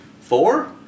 Four